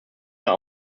mehr